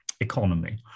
economy